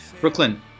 Brooklyn